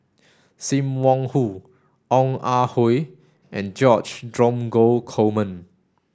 Sim Wong Hoo Ong Ah Hoi and George Dromgold Coleman